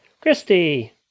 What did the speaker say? christy